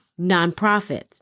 nonprofits